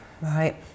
Right